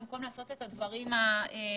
וזאת במקום לעשות את הדברים הנכונים.